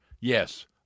yes